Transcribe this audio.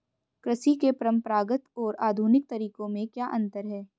कृषि के परंपरागत और आधुनिक तरीकों में क्या अंतर है?